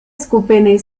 skupiny